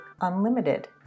Unlimited